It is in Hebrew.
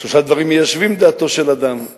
שלושה דברים מיישבים דעתו של האדם,